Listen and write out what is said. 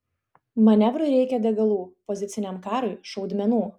manevrui reikia degalų poziciniam karui šaudmenų